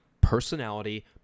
personality